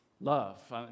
love